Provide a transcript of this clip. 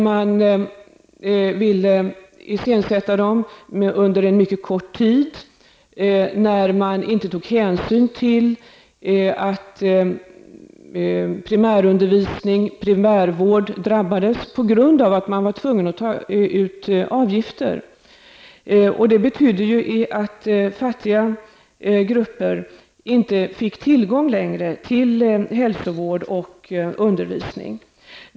Man ville då iscensätta dem under en mycket kort tid, och hänsyn togs inte till att primärundervisning och primärvård drabbades på grund av att man var tvungen att ta ut avgifter. Det betydde att fattiga grupper inte längre fick tillgång till hälsovård och undervisning.